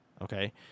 okay